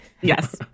Yes